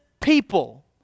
people